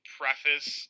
preface